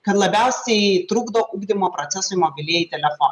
kad labiausiai trukdo ugdymo procesui mobilieji telefo